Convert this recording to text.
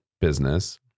business